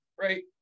right